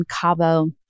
Cabo